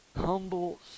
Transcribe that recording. Humble